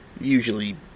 usually